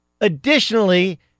Additionally